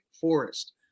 Forest